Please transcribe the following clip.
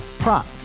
Prop